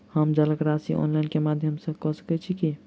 हम जलक राशि ऑनलाइन केँ माध्यम सँ कऽ सकैत छी?